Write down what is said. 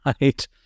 right